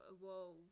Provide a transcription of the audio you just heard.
whoa